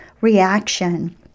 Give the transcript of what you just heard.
reaction